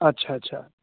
अच्छा अच्छा